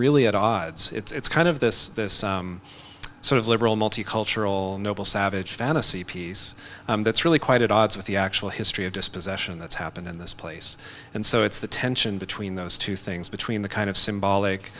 really at odds it's kind of this this sort of liberal multicultural noble savage fantasy piece that's really quite at odds with the actual history of dispossession that's happened in this place and so it's the tension between those two things between the kind of symbolic